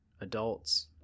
adults